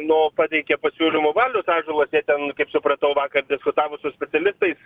nu pateikė pasiūlymų valius ąžuolas jie ten kaip supratau vakar diskutavo su specialistais